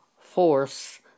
force